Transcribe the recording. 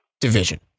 division